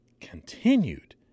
continued